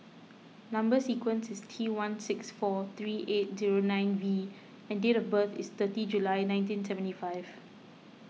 Number Sequence is T one six four three eight zero nine V and date of birth is thirty July nineteen seventy five